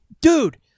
Dude